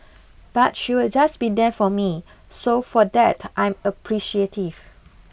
but she will just be there for me so for that I'm appreciative